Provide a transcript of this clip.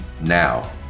now